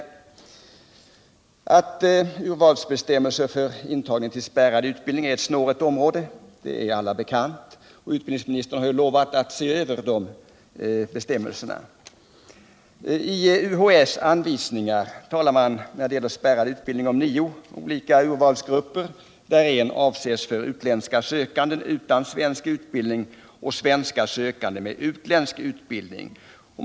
Det är bekant för alla att urvalsbestämmelserna för intagning till spärrad utbildning är ett snårigt område, och utbildningsministern har lovat att se över de bestämmelserna. I UHÄ:s anvisningar talar man när det gäller spärrad utbildning om nio olika urvalsgrupper, där en avses för utländska sökande utan svensk utbildning och svenska sökande med utländsk utbildning.